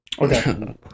Okay